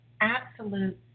absolute